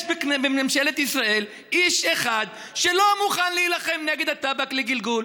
יש בממשלת ישראל איש אחד שלא מוכן להילחם נגד הטבק לגלגול.